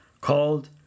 called